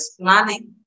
planning